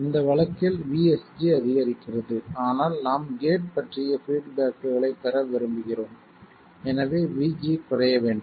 இந்த வழக்கில் VS அதிகரிக்கிறது ஆனால் நாம் கேட் பற்றிய பீட்பேக்களைப் பெற விரும்புகிறோம் எனவே VG குறைய வேண்டும்